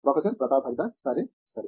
professor Pratap Haridas సరే సరే